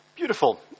Beautiful